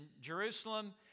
Jerusalem